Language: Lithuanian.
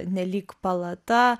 nelyg palata